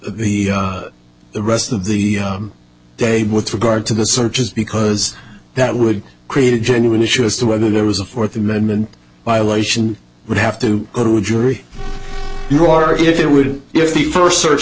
taint the rest of the day with regard to the searches because that would create a genuine issue as to whether there was a fourth amendment violation would have to go to a jury you are if you would if the first search